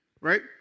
right